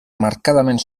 marcadament